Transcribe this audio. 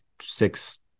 six